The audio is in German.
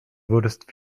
würdest